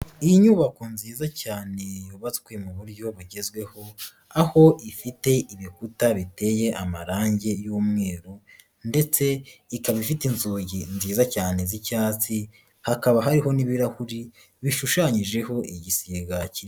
Inyubako nziza cyane yubatswe mu buryo bugezweho, aho ifite ibikuta biteye amarangi y'umweru ndetse ikaba ifite inzugi nziza cyane z'icyatsi, hakaba hariho n'ibirahuri bishushanyijeho igisiga kinini.